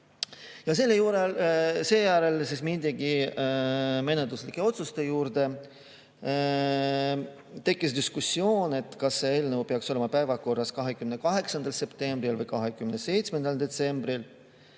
Seejärel mindigi menetluslike otsuste juurde. Tekkis diskussioon, kas see eelnõu peaks olema päevakorras 28. septembril või 27. septembril.